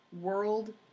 World